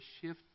shift